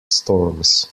storms